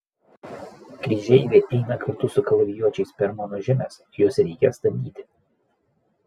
kryžeiviai eina kartu su kalavijuočiais per mano žemes juos reikia stabdyti